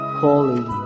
holy